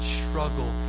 struggle